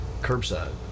curbside